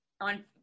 on